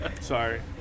Sorry